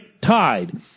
Tide